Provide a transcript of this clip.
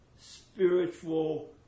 spiritual